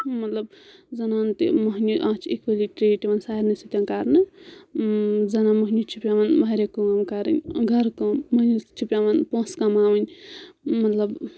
مطلب زَنان تہِ مۄہنیو اَتھ چھِ اِکؤلی ٹرٛیٖٹ یِوان سارنٕے سۭتۍ کَرنہٕ زَنان مۄہنیو چھِ پؠوان واریاہ کٲم کَرٕنۍ گَرٕ کٲم مۄہنیو چھِ پؠوان پۄنٛسہٕ کَماوٕنۍ مطلب